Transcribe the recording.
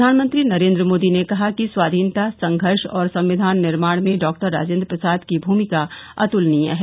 प्रधानमंत्री नरेन्द्र मोदी ने कहा कि स्वाधीनता संघर्ष और संविधान निर्माण में डॉक्टर राजेन्द्र प्रसाद की भूमिका अतुलनीय है